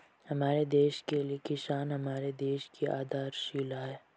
हमारे देश के किसान हमारे देश की आधारशिला है